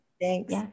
Thanks